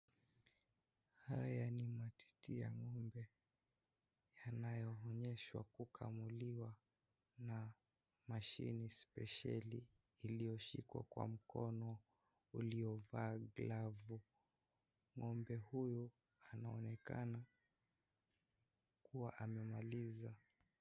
Haya ni matiti ya ng'ombe yanayoonyeshwa kukamuliwa na mashini spesheli iliyoshikwa kwa mkono uliovaa glavu ng'ombe huyu anaonekana kuwa amemaliza.